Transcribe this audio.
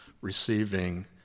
receiving